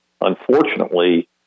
unfortunately